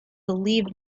believe